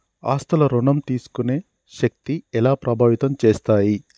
ఆస్తుల ఋణం తీసుకునే శక్తి ఎలా ప్రభావితం చేస్తాయి?